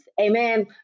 Amen